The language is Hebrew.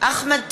אחמד טיבי,